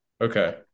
Okay